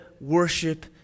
worship